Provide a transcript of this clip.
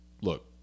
look